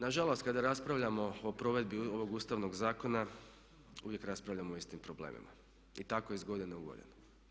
Nažalost kada raspravljamo o provedbi ovog ustavnog zakona uvijek raspravljamo o istim problemima i tako iz godine u godinu.